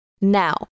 now